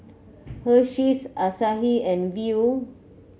Hersheys Asahi and Viu